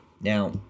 Now